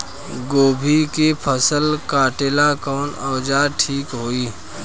गोभी के फसल काटेला कवन औजार ठीक होई?